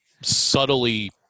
subtly